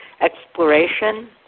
exploration